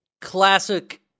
classic